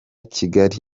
kigali